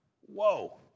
Whoa